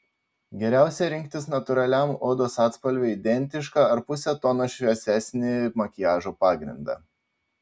geriausia rinktis natūraliam odos atspalviui identišką ar puse tono šviesesnį makiažo pagrindą